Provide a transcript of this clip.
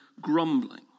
grumbling